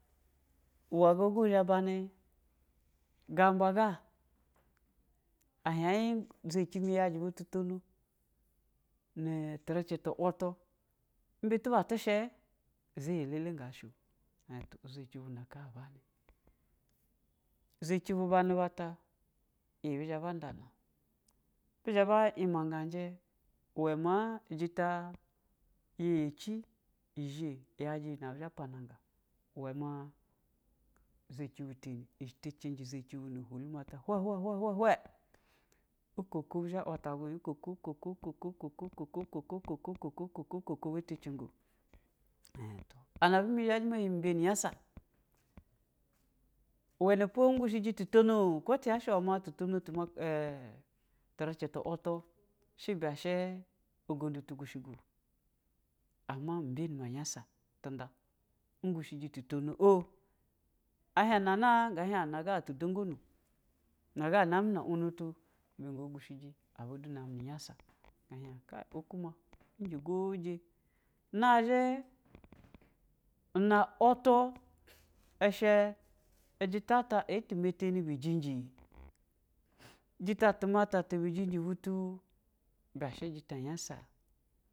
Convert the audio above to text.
Iwɛ sabo xhɛ bari ganba sa a izhɛci mi ya jɛ ba tono nɛ tɛ richɛ tu wuta, imbɛ ata shɛ, zha y. lɛlɛ hga shɛo, ɛhiɛn to izchi bu na ka banɛ zachi bu banɛ bata, ini ɛba zha ba nda na, bu zha be emagaji iwɛ ma jɛta nɛ chi ɛ zhɛ yejɛ iyi nɛ abu zha panasa iwɛ nna izchi ba tɛni ɛ te chini zɛchi bu nu huln mate whɛ whɛ whɛ uko uko, dɛza uwo ta gu uko wilo ulha uko uko uko uko uko uko ngɛ hɛin to, ana vwɛ mi zha ma hiu mbihɛni yan sa iwɛ hɛ po in sushijɛ tu tonoo ko ta ya shɛ iwɛ me tu tono turichɛ tu tu utu, shɛ ibɛ shi uugon du tu sushigi ama mbiyɛni ma nusa tu nda ɨm gushijɛ tu tonoo ah ɛih hana nga hian en nasa tu dogonu. Nn ga hani nu u na tu uh gushi ji, aba du nam na uyasa kai ahian oko ma, ɛnjɛ sojɛ, na zhɛ una a tu ɛshɛ, jiya eta ertu matɛ ni bu jinji jɛta tu mate tɛ jinji bu tu ibɛ shɛ jita uyasa.